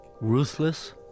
ruthless